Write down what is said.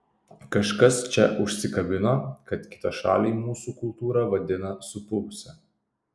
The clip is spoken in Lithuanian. kažkas čia užsikabino kad kitašaliai mūsų kultūrą vadina supuvusia